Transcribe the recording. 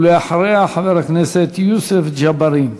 ולאחריה, חבר הכנסת יוסף ג'בארין.